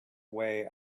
way